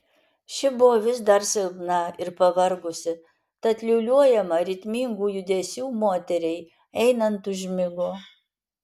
ši buvo vis dar silpna ir pavargusi tad liūliuojama ritmingų judesių moteriai einant užmigo